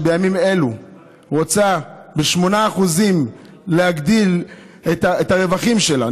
שבימים אלו רוצה להגדיל ב-8% את הרווחים שלה,